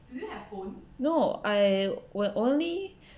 no I will only